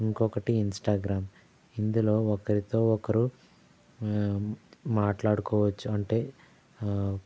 ఇంకొకటి ఇంస్టాగ్రామ్ ఇందులో ఒకరితో ఒకరు మాట్లాడుకోవచ్చు అంటే